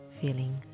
feeling